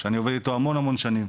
שאני איתו המון שנים,